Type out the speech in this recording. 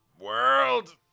world